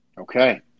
Okay